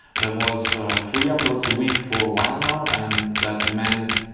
that was three uploads a week for a while now and that meant,